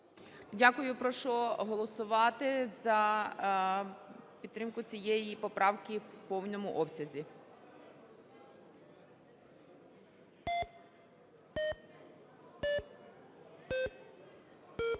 Дякую. Прошу голосувати за підтримку цієї поправки в повному обсязі.